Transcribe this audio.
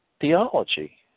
theology